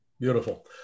Beautiful